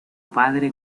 padre